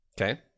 Okay